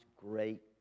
great